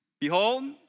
Behold